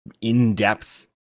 in-depth